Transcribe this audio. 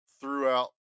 throughout